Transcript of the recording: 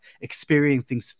experiencing